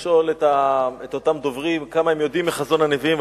לשאול את אותם דוברים כמה הם יודעים מחזון הנביאים.